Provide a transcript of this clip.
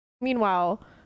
meanwhile